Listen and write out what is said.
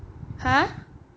!huh!